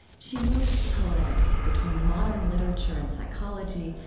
she moves poetically between modern literature and psychology,